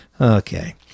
Okay